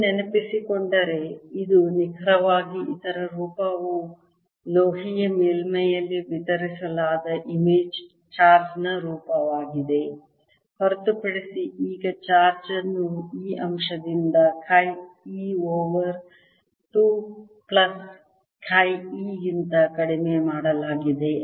ನೀವು ನೆನಪಿಸಿಕೊಂಡರೆ ಇದು ನಿಖರವಾಗಿ ಇದರ ರೂಪವು ಲೋಹೀಯ ಮೇಲ್ಮೈಯಲ್ಲಿ ವಿತರಿಸಲಾದ ಇಮೇಜ್ ಚಾರ್ಜ್ನ ರೂಪವಾಗಿದೆ ಹೊರತುಪಡಿಸಿ ಈಗ ಚಾರ್ಜ್ ಅನ್ನು ಈ ಅಂಶದಿಂದ chi e over 2 plus chi e ಗಿಂತ ಕಡಿಮೆ ಮಾಡಲಾಗಿದೆ